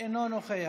אינו נוכח.